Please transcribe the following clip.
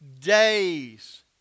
days